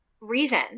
reason